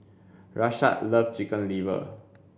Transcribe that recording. Rashaad loves chicken liver